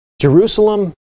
Jerusalem